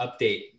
update